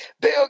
Bill